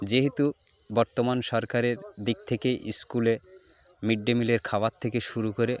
যেহেতু বর্তমান সরকারের দিক থেকে স্কুলে মিড ডে মিলের খাবার থেকে শুরু করে